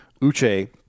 Uche